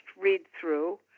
read-through